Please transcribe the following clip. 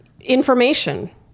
information